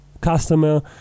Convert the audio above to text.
customer